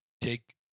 take